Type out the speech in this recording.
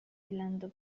blando